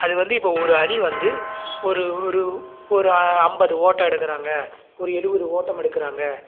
அது வந்து இப்போது ஒரு அணி வந்து ஒரு ஒரு ஒரு ஐம்பது ஓட்டம் எடுக்கிறாங்க ஒரு எழுவது ஓட்டம் எடுக்கிறாங்க